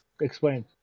Explain